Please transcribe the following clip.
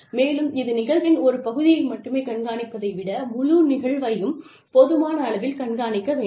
மேலும் இது நிகழ்வின் ஒரு பகுதியை மட்டுமே கண்காணிப்பதை விட முழு நிகழ்வையும் போதுமான அளவில் கண்காணிக்க வேண்டும்